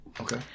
Okay